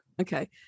Okay